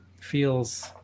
feels